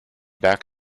back